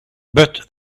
but